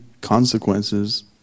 consequences